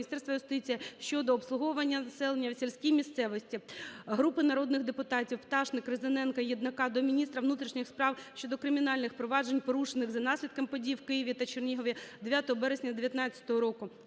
Міністерства юстиції щодо обслуговування населення у сільській місцевості. Групи народних депутатів (Пташник, Різаненка, Єднака) до міністра внутрішніх справ щодо кримінальних проваджень, порушених за наслідками подій у Києві та Чернігові 9 березня 2019 року.